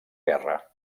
guerra